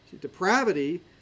Depravity